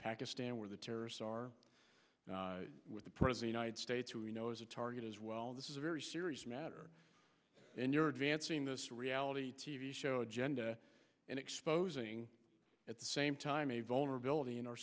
pakistan where the terrorists are with the prison united states who you know is a target as well this is a very serious matter and you're advancing this reality show agenda and exposing at the same time a vulnerability in our